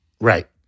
Right